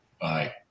Bye